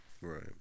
Right